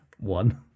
one